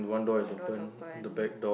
one door is open